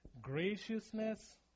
graciousness